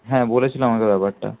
হ্যাঁ বলেছিল আমাকে ব্যাপারটা